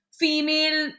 female